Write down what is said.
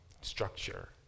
structure